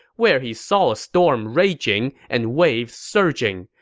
where he saw a storm raging and waves surging,